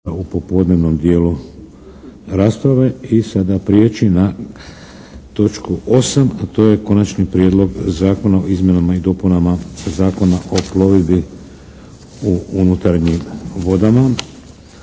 u popodnevnom dijelu rasprave i sada prijeći na točku 8. a to je - Konačni prijedlog Zakona o izmjenama i dopunama Zakona o plovidbi unutarnjim vodama,